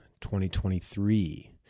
2023